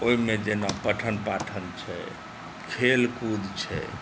ओहिमे जेना पठन पाठन छै खेलकूद छै